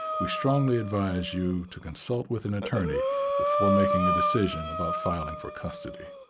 we strongly advise you to consult with an attorney before making a decision about filing for custody.